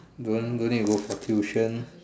don't don't need to go for tuition